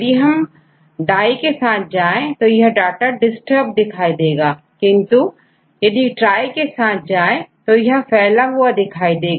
यदि हम डाई के साथ जाएं तो हमारा डाटा डिस्टर्ब दिखाई देगा किंतु यदि ट्राई के साथ जाए तो यह फैला हुआ दिखाई देगा